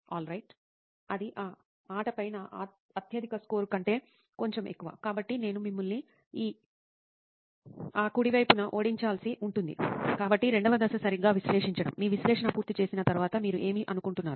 alright అది ఆ ఆటపై నా అత్యధిక స్కోరు కంటే కొంచెం ఎక్కువ కాబట్టి నేను మిమ్మల్ని ఆ కుడి వైపున ఓడించాల్సి ఉంటుంది కాబట్టి రెండవ దశ సరిగ్గా విశ్లేషించడం మీ విశ్లేషణ పూర్తి చేసిన తర్వాత మీరు ఏమి అనుకుంటున్నారు